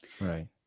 Right